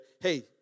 hey